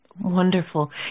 wonderful